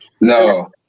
No